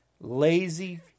Lazy